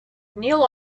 neil